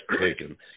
taken